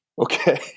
Okay